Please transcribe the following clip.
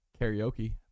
karaoke